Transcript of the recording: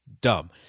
dumb